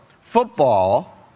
football